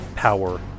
power